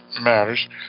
matters